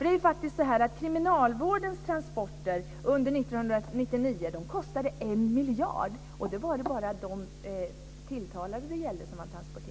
Det är faktiskt så att kriminalvårdens transporter under 1999 kostade 1 miljard och det gällde bara transporten av de tilltalade.